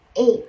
Eight